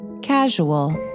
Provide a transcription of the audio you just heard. Casual